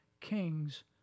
kings